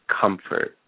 comfort